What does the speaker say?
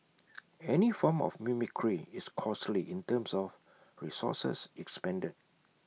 any form of mimicry is costly in terms of resources expended